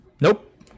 Nope